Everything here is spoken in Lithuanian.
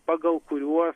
pagal kuriuos